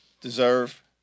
deserve